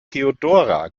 theodora